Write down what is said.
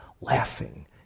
Laughing